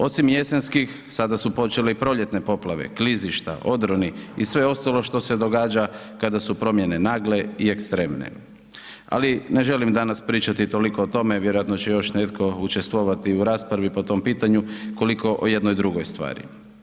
Osim jesenskih, sada su počele i proljetne poplave, klizišta, odroni i sve ostalo što se događa kada su promjene nagle i ekstremne ali ne želim danas pričati toliko o tome, vjerojatno će još netko učestvovati u raspravi po tom pitanju koliko o jednoj drugoj stvari.